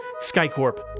Skycorp